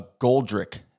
Goldrick